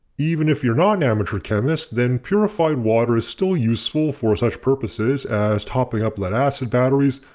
even if you're not an amateur chemist then purified water is still useful for such purposes as topping up lead-acid batteries,